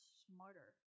smarter